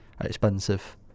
expensive